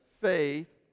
faith